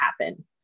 happen